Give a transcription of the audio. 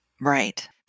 Right